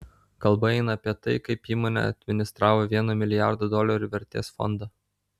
kalba eina apie tai kaip įmonė administravo vieno milijardo dolerių vertės fondą